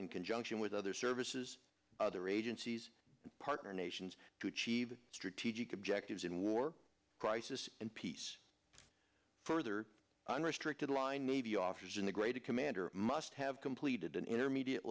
in conjunction with other services other agencies partner nations to achieve strategic objectives in war crisis and peace further unrestricted line navy officers integrated commander must have completed an intermediate